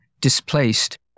displaced